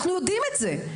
אנחנו יודעים את זה.